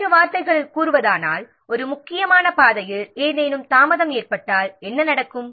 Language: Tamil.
வேறு வார்த்தைகளில் கூறுவதானால் ஒரு முக்கியமான பாதையில் ஏதேனும் தாமதம் ஏற்பட்டால் என்ன நடக்கும்